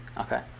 Okay